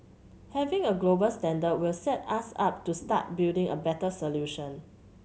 having a global standard will set us up to start building a better solution